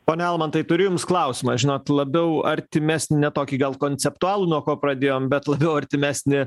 pone almantai turiu jums klausimą žinot labiau artimesnį ne tokį gal konceptualų nuo ko pradėjom bet labiau artimesnį